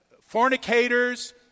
fornicators